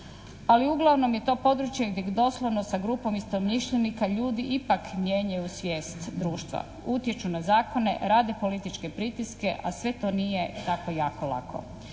ali uglavnom je to područje gdje doslovno sa grupom istomišljenika ljudi ipak mijenjaju svijest društva, utječu na zakone, rade političke pritiske a sve to nije tako jako lako.